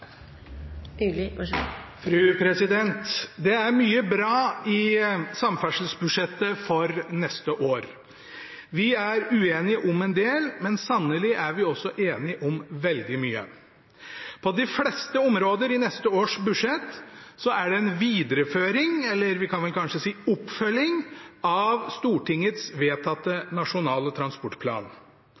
mye bra i samferdselsbudsjettet for neste år. Vi er uenige om en del, men sannelig er vi også enige om veldig mye. På de fleste områder i neste års budsjett er det en videreføring, eller vi kan vel kanskje si oppfølging, av Stortingets vedtatte Nasjonal transportplan,